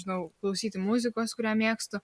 nežinau klausyti muzikos kurią mėgstu